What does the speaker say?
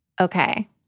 okay